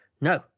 No